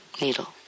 Needle